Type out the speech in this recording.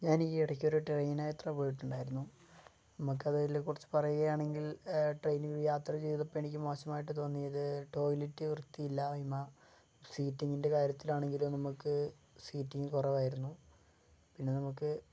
ഞാൻ ഈ ഇടയ്ക്ക് ഒരു ട്രേയ്നാത്ര പോയിട്ടുണ്ടായിരുന്നു നമുക്ക് അതിൽ കുറച്ച് പറയുക ആണെങ്കിൽ ട്രേയ്നിൽ യാത്ര ചെയ്തപ്പം എനിക്ക് മോശമായിട്ട് തോന്ന്യത് ടോയ്ലെറ്റ് വൃത്തിയില്ലായ്മ സീറ്റിങ്ങിൻറ്റെ കാര്യത്തിലാണെങ്കിലും നമുക്ക് സീറ്റിങ് കുറവായിരുന്നു പിന്നെ നമുക്ക്